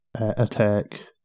attack